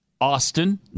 Austin